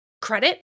credit